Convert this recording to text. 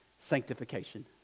sanctification